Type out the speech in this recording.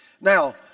Now